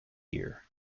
year